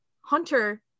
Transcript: hunter